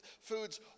foods